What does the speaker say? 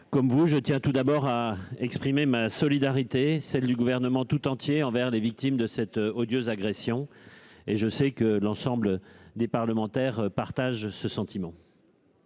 comme vous, je tiens tout d'abord à exprimer ma solidarité, ainsi que celle du Gouvernement tout entier envers les victimes de cette odieuse agression, et je sais que l'ensemble des parlementaires partagent ce sentiment.